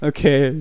Okay